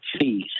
fees